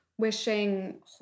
wishing